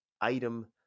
item